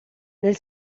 nel